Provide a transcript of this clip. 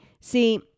See